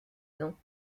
dents